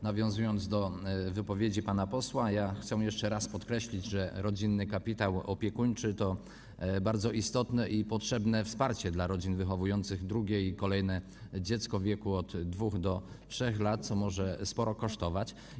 Nawiązując do wypowiedzi pana posła, chciałbym jeszcze raz podkreślić, że „Rodzinny kapitał opiekuńczy” to bardzo istotne i potrzebne wsparcie dla rodzin wychowujących drugie dziecko i kolejne w wieku od 2 do 3 lat, co może sporo kosztować.